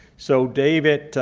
so david